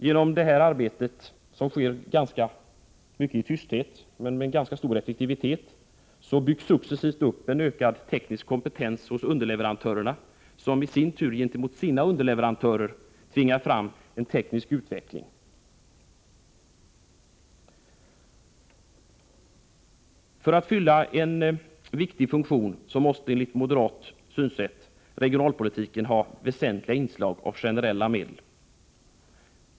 Genom detta arbete, som sker mycket i tysthet men med rätt stor effektivitet, byggs det successivt upp en ökad teknisk kompetens hos underleverantörerna, som i sin tur gentemot sina underleverantörer tvingar fram teknisk utveckling. För att fylla en viktig funktion måste regionalpolitiken ha väsentliga inslag av generella medel.